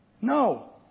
No